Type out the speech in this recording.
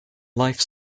life